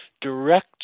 direct